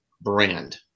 brand